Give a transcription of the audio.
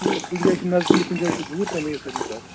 کُنہِ جایہِ چھُ نزدیٖک کُنہِ جایہِ چھُ دوٗر تمی حِسابہٕ یی کرنہٕ